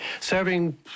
Serving